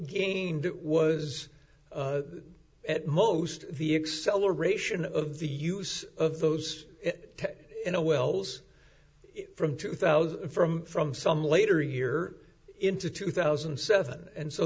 gained it was at most the excel ration of the use of those in a wells from two thousand from from some later year into two thousand and seven and so